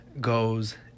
goes